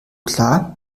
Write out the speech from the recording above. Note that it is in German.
klar